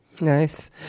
Nice